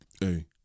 hey